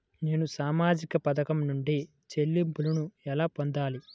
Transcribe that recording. నేను సామాజిక పథకం నుండి చెల్లింపును ఎలా పొందాలి?